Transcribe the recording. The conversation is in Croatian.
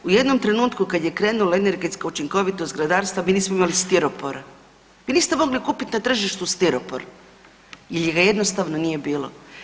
U jednom trenutku kad je krenula energetska učinkovitost zgradarstva mi nismo imali stiropor, vi niste mogli kupit na tržištu stiropor jel ga jednostavno nije bilo.